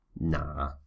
nah